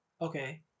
okay